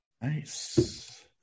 Nice